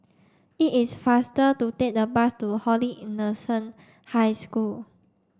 it is faster to take the bus to Holy Innocent High School